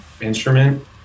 instrument